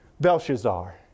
Belshazzar